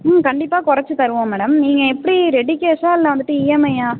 ம் கண்டிப்பாக குறைச்சு தருவோம் மேடம் நீங்கள் எப்படி ரெடி கேஷா இல்லை வந்துட்டு இஎம்ஐயா